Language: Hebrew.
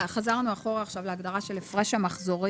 חזרנו אחורה עכשיו להגדרה של "הפרש המחזורים".